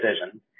decision